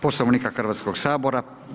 Poslovnika Hrvatskog sabora.